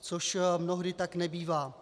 Což mnohdy tak nebývá.